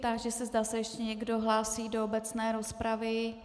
Táži se, zda se ještě někdo hlásí do obecné rozpravy.